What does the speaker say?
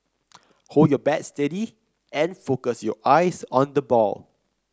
hold your bat steady and focus your eyes on the ball